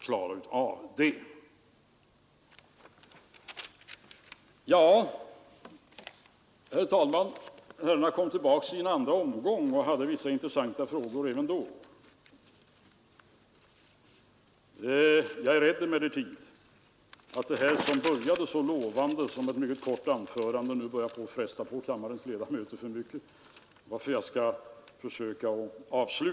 Nu löses ju problemet med denna sänkning av folkpensionsåldern för dem som är i produktionen genom den överenskommelse som har träffats mellan LO och SAF. Då kan man fråga vad det är för några som blir kvar.